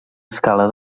escala